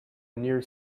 near